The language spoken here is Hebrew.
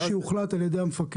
מה שיוחלט על ידי המפקח.